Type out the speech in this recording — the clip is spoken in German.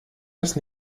das